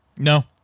No